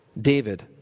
David